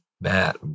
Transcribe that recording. Matt